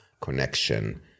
connection